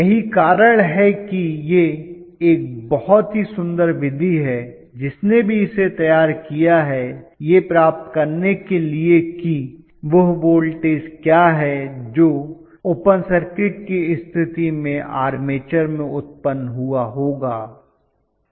यही कारण है कि यह एक बहुत ही सुंदर विधि है जिसने भी इसे तैयार किया है यह प्राप्त करने के लिए कि वह वोल्टेज क्या है जो ओपन सर्किट की स्थिति में आर्मेचर में उत्पन्न हुआ होगा